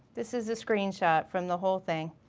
this is a screenshot from the whole thing.